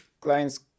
clients